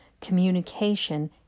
communication